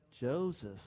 joseph